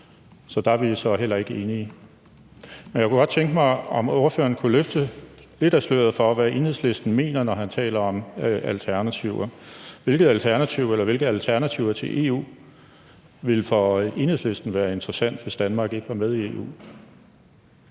så der er vi så heller ikke enige. Men jeg kunne godt tænke mig, om ordføreren kunne løfte lidt af sløret for, hvad Enhedslisten mener, når man taler om alternativer. Hvilket alternativ eller hvilke alternativer til EU ville for Enhedslisten være interessante, hvis Danmark ikke var med i EU?